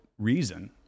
reason